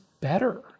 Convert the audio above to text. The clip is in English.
better